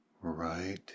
right